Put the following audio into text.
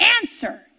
answer